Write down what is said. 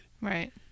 Right